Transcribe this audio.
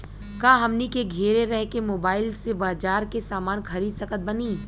का हमनी के घेरे रह के मोब्बाइल से बाजार के समान खरीद सकत बनी?